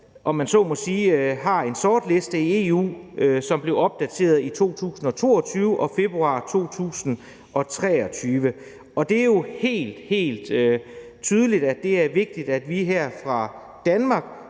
på den såkaldte sortliste i EU, som blev opdateret i 2022 og i februar 2023. Og det er jo helt, helt tydeligt, at det er vigtigt, at vi her fra Danmark